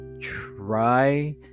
try